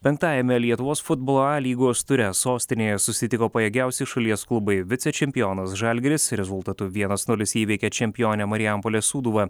penktajame lietuvos futbolo a lygos ture sostinėje susitiko pajėgiausi šalies klubai vicečempionas žalgiris rezultatu vienas nulis įveikė čempionę marijampolės sūduvą